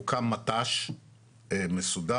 הוקם מט"ש מסודר,